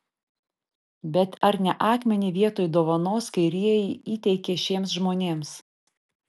bet ar ne akmenį vietoj dovanos kairieji įteikė šiems žmonėms